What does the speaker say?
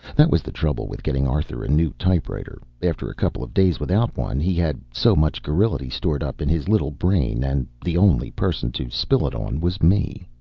that was the trouble with getting arthur a new typewriter after a couple of days without one he had so much garrulity stored up in his little brain, and the only person to spill it on was me.